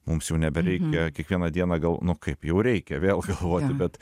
mums jau nebereikia kiekvieną dieną gal nu kaip jau reikia vėl galvoti bet